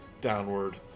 downward